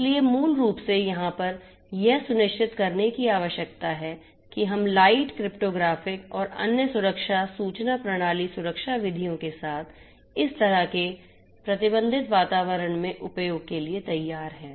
इसलिए मूल रूप से यहाँ पर यह सुनिश्चित करने की आवश्यकता है कि हम लाइट क्रिप्टोग्राफिक और अन्य सुरक्षा सूचना प्रणाली सुरक्षा विधियों के साथ इस तरह के बाधा वातावरण में उपयोग के लिए तैयार हैं